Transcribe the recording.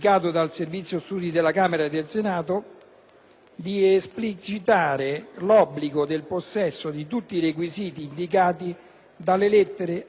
di esplicitare l'obbligo del possesso di tutti i requisiti indicati dalle lettere *a)*, *b)* e *c)* del comma 1 per evitare